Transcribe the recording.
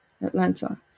Atlanta